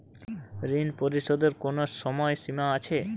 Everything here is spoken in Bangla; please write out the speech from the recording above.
ঋণ পরিশোধের কোনো সময় সীমা আছে?